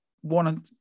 One